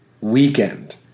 Weekend